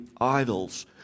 idols